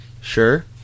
Sure